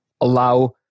allow